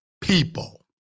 people